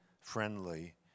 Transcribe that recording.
friendly